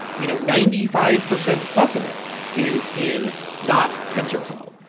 you know ninety five percent plus of it is in not tensorflow.